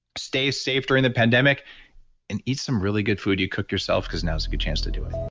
stay safe during the pandemic and eat some really good food you cook yourself because now's a good chance to do it.